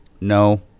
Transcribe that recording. No